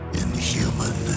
inhuman